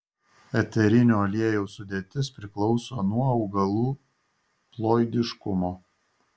eterinio aliejaus sudėtis priklauso nuo augalų ploidiškumo